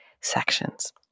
sections